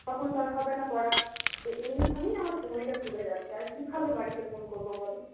তখন তো আর হবে না পড়া এমনিভাবেই আমার সময়টা চলে যাচ্ছে আর কীভাবে বাড়িতে ফোন করব বলো